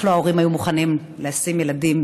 ההורים לא היו מוכנים לשים את הילדים,